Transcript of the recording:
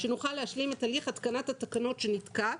שנוכל להשלים את הליך התקנת התקנות שנתקע,